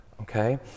okay